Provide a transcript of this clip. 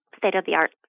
state-of-the-art